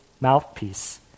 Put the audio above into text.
mouthpiece